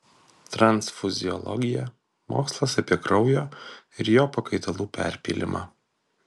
transfuziologija mokslas apie kraujo ir jo pakaitalų perpylimą